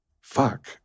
fuck